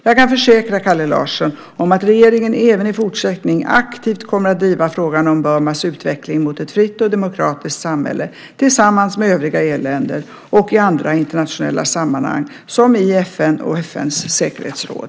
Jag kan försäkra Kalle Larsson om att regeringen även i fortsättningen aktivt kommer att driva frågan om Burmas utveckling mot ett fritt och demokratisk samhälle tillsammans med övriga EU-länder och i andra internationella sammanhang som i FN och FN:s säkerhetsråd.